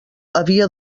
havia